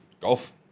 Golf